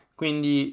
quindi